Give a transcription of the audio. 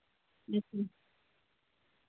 ᱟᱪᱪᱷᱟ